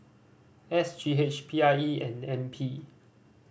S G H P I E and N P